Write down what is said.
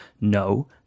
No